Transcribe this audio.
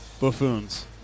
Buffoons